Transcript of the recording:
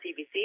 CBC